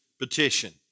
petition